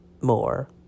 more